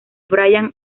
brian